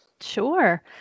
Sure